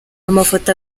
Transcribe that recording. amafoto